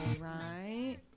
right